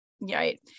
Right